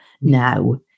now